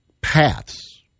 paths